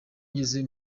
ngeze